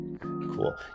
cool